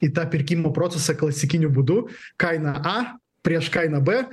į tą pirkimo procesą klasikiniu būdu kainą a prieš kaina b